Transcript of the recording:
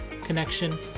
connection